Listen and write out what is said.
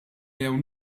jew